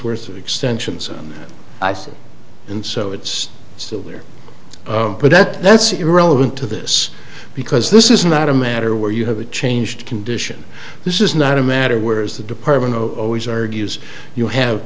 worth of extensions on the ice and so it's still there but that that's irrelevant to this because this is not a matter where you have a change condition this is not a matter where is the department of always argues you have